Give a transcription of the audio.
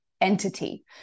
entity